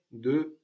de